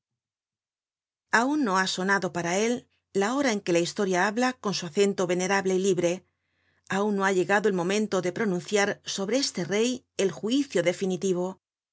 aun no ha sonado para él la hora en que la historia habla con su acento venerable y libre aun no ha llegado el momento de pronunciar sobre este rey el juicio definitivo